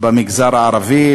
במגזר הערבי,